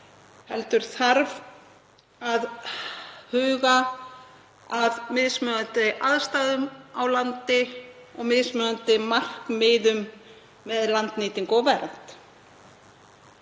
heldur þarf að huga að mismunandi aðstæðum á landi og mismunandi markmiðum með landnýtingu. Verðug